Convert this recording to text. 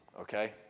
okay